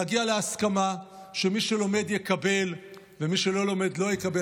להגיע להסכמה שמי שלומד יקבל ומי שלא לומד לא יקבל.